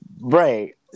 Right